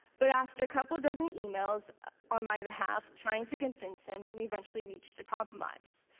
but after a couple dozen emails on my behalf trying to convince him, we eventually reached a compromise.